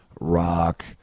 Rock